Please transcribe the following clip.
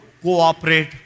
cooperate